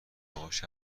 باهاش